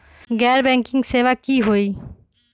गैर बैंकिंग सेवा की होई?